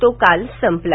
तो काल संपला